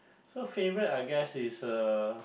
so favourite I guess is uh